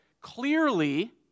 Clearly